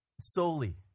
solely